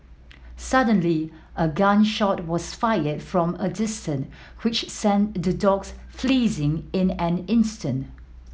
suddenly a gun shot was fired from a distance which sent the dogs fleeing in an instant